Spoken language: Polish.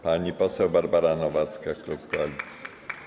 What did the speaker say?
Pani poseł Barbara Nowacka, klub Koalicji.